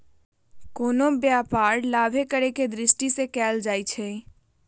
कोनो व्यापार लाभे करेके दृष्टि से कएल जाइ छइ